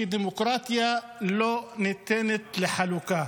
שדמוקרטיה לא ניתנת לחלוקה,